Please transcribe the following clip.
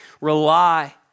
rely